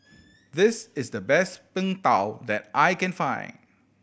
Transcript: this is the best Png Tao that I can find